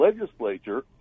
legislature